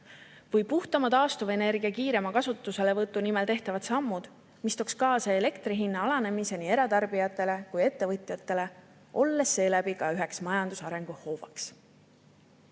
siis puhtama taastuvenergia kiirema kasutuselevõtu nimel tehtavad sammud, mis tooks kaasa elektri hinna alanemise nii eratarbijatele kui ettevõtjatele, olles seeläbi ka üheks majanduse arengu hoovaks.